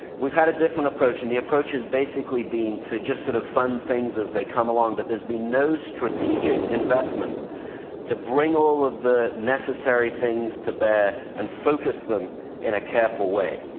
we've had a different approach. and the approach has basically been to just sort of fund things as they come along. but there's been no strategic investment to bring all of the necessary things to bear and focus them in a careful way.